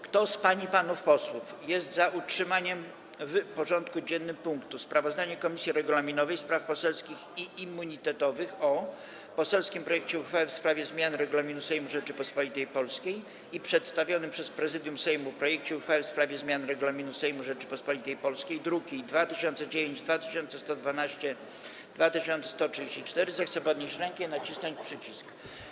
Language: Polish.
Kto z pań i panów posłów jest za utrzymaniem w porządku dziennym punktu: Sprawozdanie Komisji Regulaminowej, Spraw Poselskich i Immunitetowych o: - poselskim projekcie uchwały w sprawie zmiany Regulaminu Sejmu Rzeczypospolitej Polskiej, - przedstawionym przez Prezydium Sejmu projekcie uchwały w sprawie zmiany Regulaminu Sejmu Rzeczypospolitej Polskiej (druki nr 2009, 2112 i 2134), zechce podnieść rękę i nacisnąć przycisk.